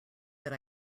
that